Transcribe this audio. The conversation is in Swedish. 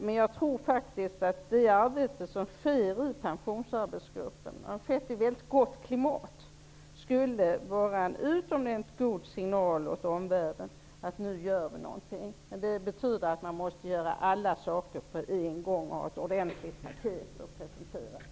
Men jag tror faktiskt att arbetet i Pensionsarbetsgruppen har skett i ett väldigt gott klimat. Det kunde vara en utomordentligt god signal till omvärlden om att vi nu gör någonting. Det betyder dock att alla saker måste göras på en gång och att det finns ordentligt tilltagen tid för en presentation.